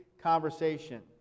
conversation